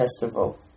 festival